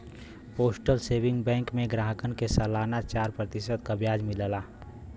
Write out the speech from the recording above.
postal saving bank में ग्राहकन के सलाना चार प्रतिशत क ब्याज मिलला